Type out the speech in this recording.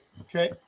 Okay